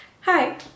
Hi